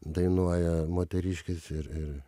dainuoja moteriškės ir ir